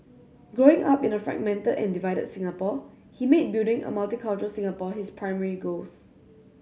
growing up in a fragmented and divided Singapore he made building a multicultural Singapore his primary goals